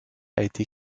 été